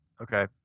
Okay